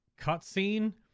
cutscene